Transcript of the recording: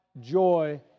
joy